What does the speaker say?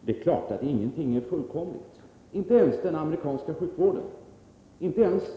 Det är klart att ingenting är fullkomligt, inte ens den amerikanska sjukvården, trots